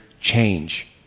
change